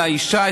לאישה,